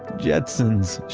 jetson's